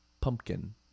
Pumpkin